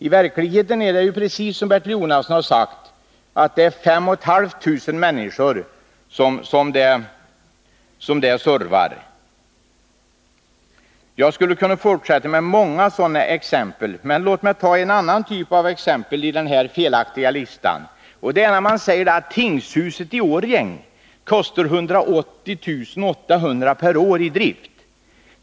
I verkligheten är det precis som Bertil Jonasson sagt att det är 5 500 människor som berörs. Jag skulle kunna fortsätta och ta många sådana exempel, men låt mig ta en annan typ av exempel från denna felaktiga lista. Det sägs där att tingshuset i Årjäng kostar 180 800 kr. om året i drift.